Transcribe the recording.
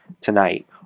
tonight